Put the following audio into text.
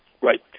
Right